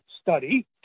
study